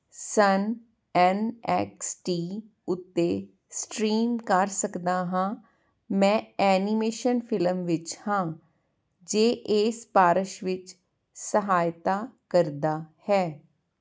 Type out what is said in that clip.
ਸੰਨ N X T ਉੱਤੇ stream ਕਰ ਸਕਦਾ ਹਾਂ ਮੈਂ ਐਨੀਮੇਸ਼ਨ ਫਿਲਮ ਵਿੱਚ ਹਾਂ ਜੇ ਇਹ ਸਿਫਾਰਸ਼ ਵਿੱਚ ਸਹਾਇਤਾ ਕਰਦਾ ਹੈ